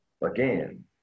Again